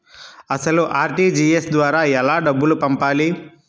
అసలు అర్.టీ.జీ.ఎస్ ద్వారా ఎలా డబ్బులు పంపాలి?